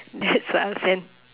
that's what I'll send